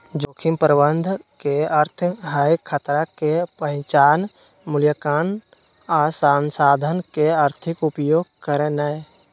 जोखिम प्रबंधन के अर्थ हई खतरा के पहिचान, मुलायंकन आ संसाधन के आर्थिक उपयोग करनाइ